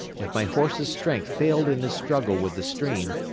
if my horse's strength failed in his struggle with the stream,